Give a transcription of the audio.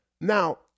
Now